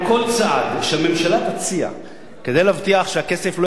כל צעד שהממשלה תציע כדי להבטיח שהכסף לא